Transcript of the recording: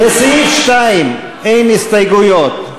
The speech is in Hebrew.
לסעיף 2 אין הסתייגויות,